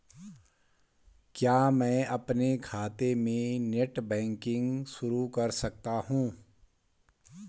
क्या मैं अपने खाते में नेट बैंकिंग शुरू कर सकता हूँ?